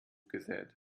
gesät